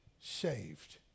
saved